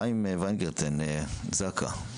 חיים וינגרטן, זק"א.